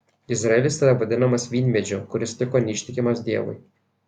izraelis yra vadinamas vynmedžiu kuris liko neištikimas dievui